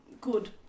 good